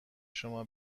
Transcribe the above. شما